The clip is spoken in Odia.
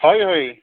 ହଉ ହଉ